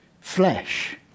flesh